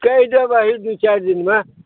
कहि देब अही दू चारि दिनमे